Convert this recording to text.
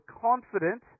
confident